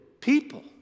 people